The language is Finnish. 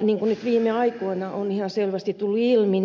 niin kuin nyt viime aikoina on ihan selvästi tullut ilmi